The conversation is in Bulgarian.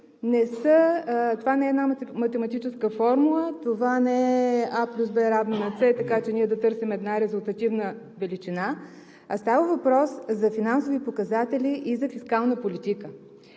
не е една математическа формула, това не е А + В = С, така че да търсим една резултативна величина, а става въпрос за финансови показатели и за фискална политика.